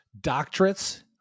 doctorates